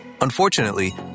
Unfortunately